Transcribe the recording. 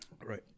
Right